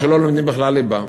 או שלא לומדים בכלל ליבה.